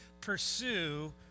pursue